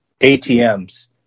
ATMs